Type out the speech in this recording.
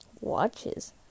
Watches